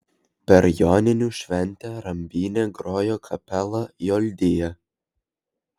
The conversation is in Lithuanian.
per joninių šventę rambyne grojo kapela joldija